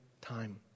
time